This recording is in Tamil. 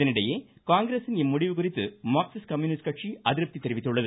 இதனிடையே காங்கிரஸின் இம்முடிவு குறித்து மார்க்ஸிஸ்ட் கம்யூனிஸ்ட் கட்சி அதிருப்தி தெரிவித்துள்ளது